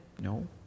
No